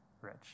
rich